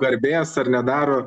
garbės ar nedaro